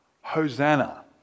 Hosanna